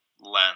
lens